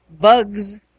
Bugs